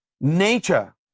nature